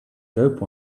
dope